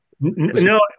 No